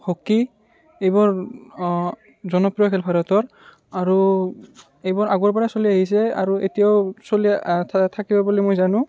hockey এইবোৰ জনপ্ৰিয় খেল ভাৰতৰ আৰু এইবোৰ আগৰ পৰাই চলি আহিছে আৰু এতিয়াও চলি থাকিব বুলি মই জানো